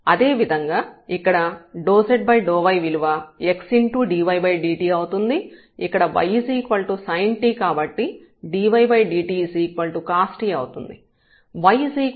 అదేవిధంగా ఇక్కడ ∂z∂y విలువ x dydt అవుతుంది ఇక్కడ y sint కాబట్టి dydtcost అవుతుంది